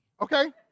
Okay